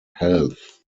health